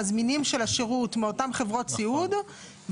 המזמינים של השירות מאותן חברות סיעוד,